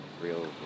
real